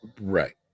Right